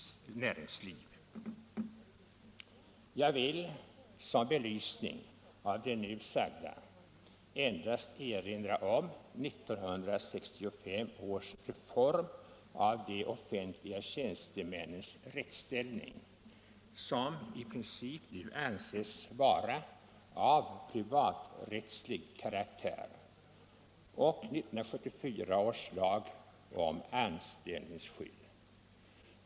Jag vill som belysning av det nu sagda endast erinra om 1965 års reform av de offentliga tjänstemännens rättsställning, som i princip ju anses vara av privaträttslig karaktär, och 1974 års lag om anställningsskydd.